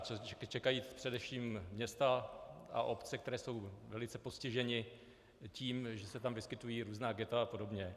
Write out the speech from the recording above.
Co čekají především města a obce, které jsou velice postiženy tím, že se tam vyskytují různá ghetta a podobně?